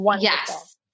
Yes